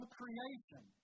creation